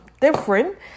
different